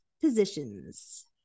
positions